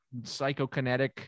psychokinetic